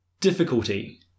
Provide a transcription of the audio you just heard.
difficulty